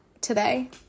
today